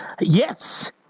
yes